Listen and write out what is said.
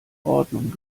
ordnung